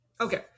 Okay